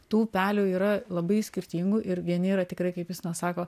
tų upelių yra labai skirtingų ir vieni yra tikrai kaip justinas sako